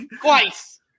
Twice